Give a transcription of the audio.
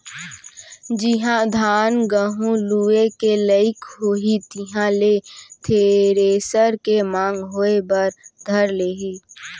जिहॉं धान, गहूँ लुए के लाइक होही तिहां ले थेरेसर के मांग होय बर धर लेही